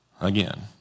Again